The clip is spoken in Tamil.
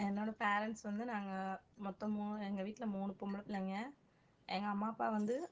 என்னோடய பேரெண்ட்ஸ் வந்து நாங்கள் மொத்தம் மூணு எங்கள் வீட்டில் மூணு பொம்பளை பிள்ளைங்க எங்கள் அம்மா அப்பா வந்து